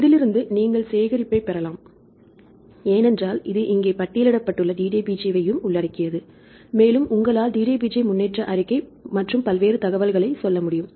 இதிலிருந்து நீங்கள் சேகரிப்பைப் பெறலாம் ஏனென்றால் இது இங்கே பட்டியலிடப்பட்டுள்ள DDBJ வையும் உள்ளடக்கியது மேலும் உங்களால் DDBJ முன்னேற்ற அறிக்கை மற்றும் பல்வேறு தகவல்களைச் சொல்ல முடியும்